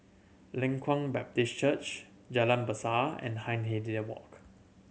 Leng Kwang Baptist Church Jalan Besar and Hindhede Walk